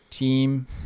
team